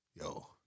Yo